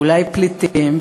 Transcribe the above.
אולי פליטים?